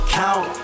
count